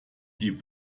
die